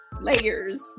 layers